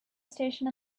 station